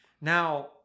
Now